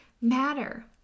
matter